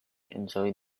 enjoy